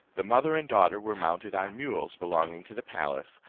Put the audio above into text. the mother and daughter were mounted on mules belonging to the palace,